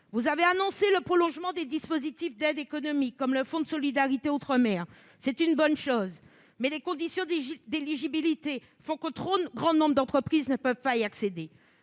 Vous avez annoncé le prolongement des dispositifs d'aide économique, comme le fonds de solidarité pour l'outre-mer. C'est une bonne chose, mais les conditions d'éligibilité font qu'un trop grand nombre d'entreprises ne peuvent y accéder.